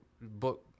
book